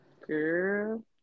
Girl